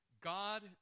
God